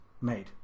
made